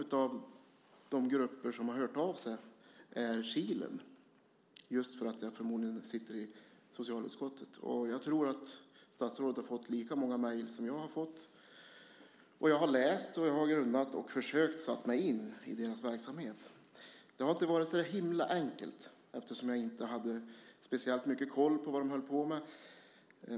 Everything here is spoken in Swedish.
En av de grupper som har hört av sig är Kilen, förmodligen just för att jag sitter i socialutskottet. Jag tror att statsrådet har fått lika många mejl som jag har fått. Jag har läst, grunnat och försökt sätta mig in i deras verksamhet. Det har inte varit så enkelt, eftersom jag inte hade speciellt mycket koll på vad de höll på med.